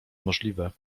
możliwe